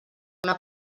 una